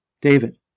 David